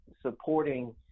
supporting